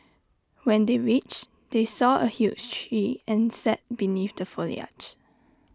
when they reached they saw A huge tree and sat beneath the foliage